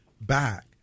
back